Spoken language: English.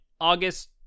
august